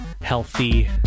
healthy